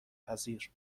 پذیر